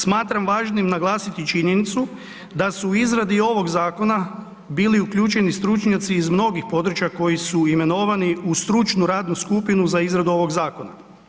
Smatram važnim naglasiti činjenicu da su u izradi ovog zakona bili uključeni stručnjaci iz mnogih područja koji su imenovani u stručnu radnu skupinu za izradu ovog zakona.